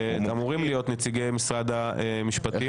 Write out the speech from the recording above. אמורים להיות נציגי משרד המשפטים.